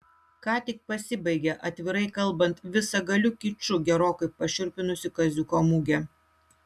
ką tik pasibaigė atvirai kalbant visagaliu kiču gerokai pašiurpinusi kaziuko mugė